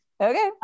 Okay